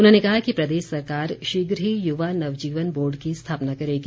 उन्होंने कहा कि प्रदेश सरकार शीघ्र ही युवा नवजीवन बोर्ड की स्थापना करेगी